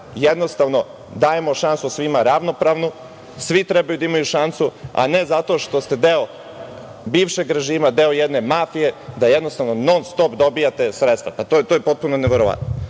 jednostavno dajemo šansu svima ravnopravno. Svi treba da imaju šansu, a ne zato što ste deo bivšeg režima, deo jedne mafije da, jednostavno non-stop dobijate sredstva. To je potpuno neverovatno. Na